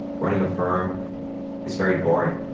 running a fi rm is very boring.